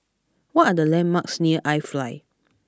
what are the landmarks near iFly